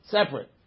Separate